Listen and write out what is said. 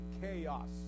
chaos